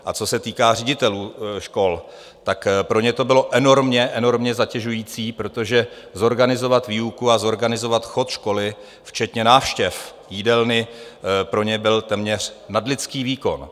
Co se týká ředitelů škol, pro ně to bylo enormně zatěžující, protože zorganizovat výuku a zorganizovat chod školy včetně návštěv jídelny pro ně byl téměř nadlidský výkon.